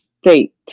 state